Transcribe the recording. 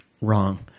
wrong